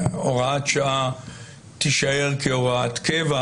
שהוראת שעה תישאר כהוראת קבע,